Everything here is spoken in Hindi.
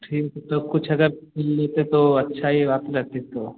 ठीक है तो कुछ अगर फिर लेते तो अच्छा ये बात रहती तो